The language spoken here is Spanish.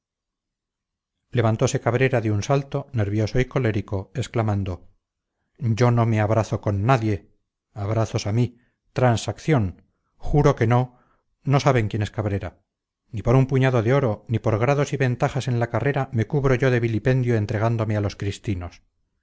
levantose cabrera de un salto nervioso y colérico exclamando yo no me abrazo con nadie abrazos a mí transacción juro que no no saben quién es cabrera ni por un puñado de oro ni por grados y ventajas en la carrera me cubro yo de vilipendio entregándome a los cristinos